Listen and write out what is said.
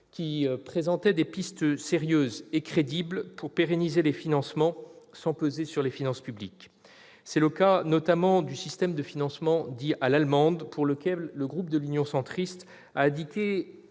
qui présentait des pistes sérieuses et crédibles pour pérenniser les financements, sans peser sur les finances publiques. C'est le cas notamment du système de financement dit « à l'allemande », pour lequel le groupe Union Centriste a indiqué,